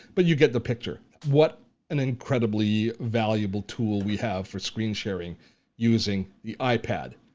but you get the picture. what an incredibly valuable tool we have for screen sharing using the ipad.